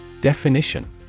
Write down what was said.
Definition